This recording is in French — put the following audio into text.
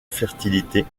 fertilité